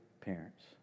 parents